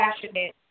passionate